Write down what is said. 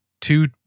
two